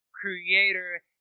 creator